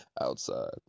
outside